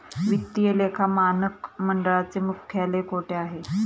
वित्तीय लेखा मानक मंडळाचे मुख्यालय कोठे आहे?